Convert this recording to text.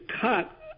cut